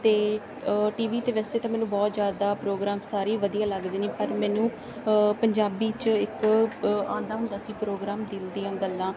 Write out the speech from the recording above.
ਅਤੇ T V 'ਤੇ ਵੈਸੇ ਤਾਂ ਮੈਨੂੰ ਬਹੁਤ ਜ਼ਿਆਦਾ ਪ੍ਰੋਗਰਾਮ ਸਾਰੇ ਵਧੀਆ ਲੱਗਦੇ ਨੇ ਪਰ ਮੈਨੂੰ ਪੰਜਾਬੀ 'ਚ ਇੱਕ ਆਉਂਦਾ ਹੁੰਦਾ ਸੀ ਪ੍ਰੋਗਰਾਮ ਦਿਲ ਦੀਆਂ ਗੱਲਾਂ